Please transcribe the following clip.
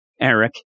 Eric